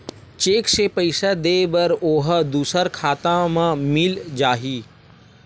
Cheque से पईसा दे बर ओहा दुसर खाता म मिल जाही?